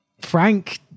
Frank